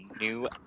new